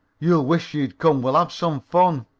you'll wish you'd come. we'll have some fun.